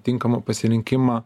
tinkamą pasirinkimą